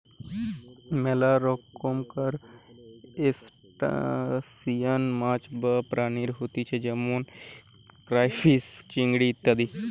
মেলা রকমকার ত্রুসটাসিয়ান মাছ বা প্রাণী হতিছে যেমন ক্রাইফিষ, চিংড়ি ইত্যাদি